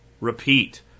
repeat